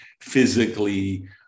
physically